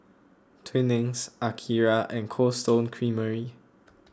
Twinings Akira and Cold Stone Creamery